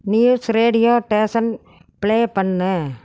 news radio station play பண்ணு